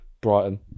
Brighton